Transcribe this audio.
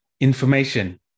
information